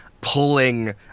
pulling